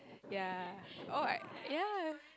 ya oh I ya